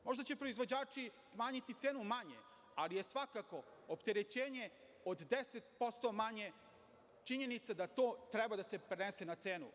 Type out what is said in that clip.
Možda će proizvođači smanjiti cenu manje, ali je svakako opterećenje od 10% manje činjenica da to treba da se prenese na cenu.